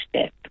step